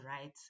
right